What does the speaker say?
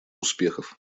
успехов